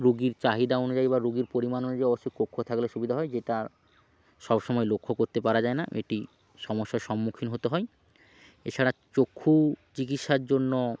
রুগীর চাহিদা অনুযায়ী বা রুগীর পরিমাণ অনুযায়ী অবশ্যই কক্ষ থাকলে সুবিধা হয় যেটা সব সময় লক্ষ্য করতে পারা যায় না এটি সমস্যার সম্মুখীন হতে হয় এছাড়া চক্ষু চিকিৎসার জন্য